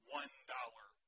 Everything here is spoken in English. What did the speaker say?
one-dollar